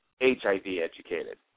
HIV-educated